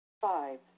Five